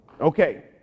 Okay